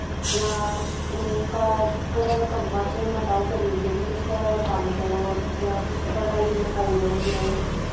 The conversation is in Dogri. जां उ'नें ई घर घरा दे कम्मा च मता ओह् करी ओड़दे कि तुस घरा दा कम्म करो जां तुस पढ़ाई लखाई रौह्न देओ